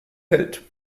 hält